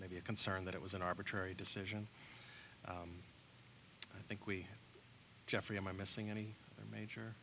may be a concern that it was an arbitrary decision i think we geoffrey am i missing any major